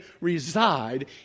reside